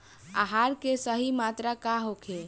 आहार के सही मात्रा का होखे?